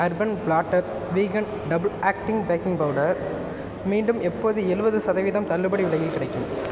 urban platter vegan double acting baking powder மீண்டும் எப்போது எழுவது சதவீதம் தள்ளுபடி விலையில் கிடைக்கும்